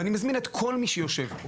אני מזמין את כל מי שיושב פה